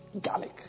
Garlic